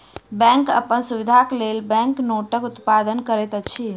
bank अपन सुविधाक लेल बैंक नोटक उत्पादन करैत अछि